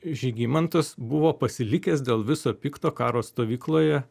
žygimantas buvo pasilikęs dėl viso pikto karo stovykloje